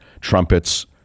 trumpets